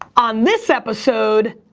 on this episode,